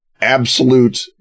absolute